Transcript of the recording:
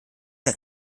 der